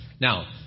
now